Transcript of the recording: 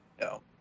No